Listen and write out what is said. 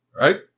right